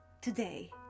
today